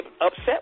upset